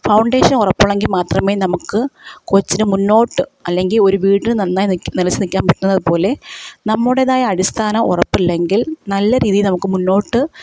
foundation ഉറപ്പുള്ളെങ്കിൽ മാത്രമേ നമുക്ക് കൊച്ചിന് മുന്നോട്ട് അല്ലെങ്കിൽ ഒരു വീടിന് നന്നായി നിനച്ച് നിൽക്കാൻ പറ്റുന്നത് പോലെ നമ്മുടേതായ അടിസ്ഥാനം ഉറപ്പില്ലെങ്കിൽ നല്ല രീതി നമുക്ക് മുന്നോട്ട്